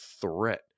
threat